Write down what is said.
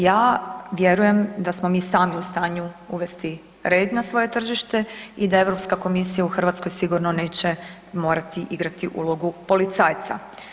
Ja vjerujem da smo mi sami u stanju uvesti red na svoje tržište i da Europska komisija u Hrvatskoj sigurno neće morati igrati ulogu policajca.